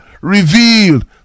revealed